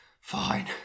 fine